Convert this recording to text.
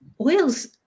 oils